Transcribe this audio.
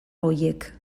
horiek